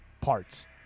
parts